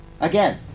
Again